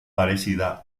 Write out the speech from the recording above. parecida